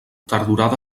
tardorada